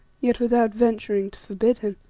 yet without venturing to forbid him.